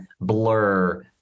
blur